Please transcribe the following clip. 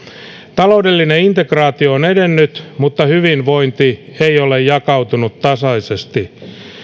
taloudellinen integraatio on edennyt mutta hyvinvointi ei ole jakautunut tasaisesti